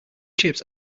chips